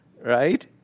right